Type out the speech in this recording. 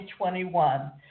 2021